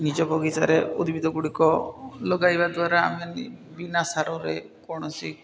ନିଜ ବଗିଚାରେ ଉଦ୍ଭିଦ ଗୁଡ଼ିକ ଲଗାଇବା ଦ୍ୱାରା ଆମେ ବିନା ସାରରେ କୌଣସି